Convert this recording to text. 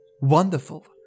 wonderful